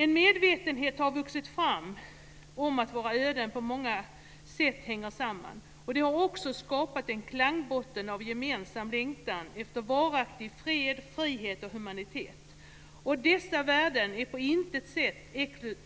En medvetenhet om att våra öden på många sätt hänger samman har vuxit fram. Det har också skapat en klangbotten av gemensam längtan efter varaktig fred, frihet och humanitet. Dessa värden är på intet sätt